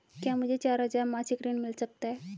क्या मुझे चार हजार मासिक ऋण मिल सकता है?